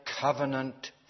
covenant